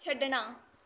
ਛੱਡਣਾ